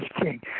king